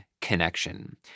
connection